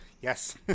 yes